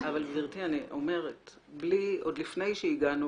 אבל גבירתי, אני אומרת שעוד לפני שהגענו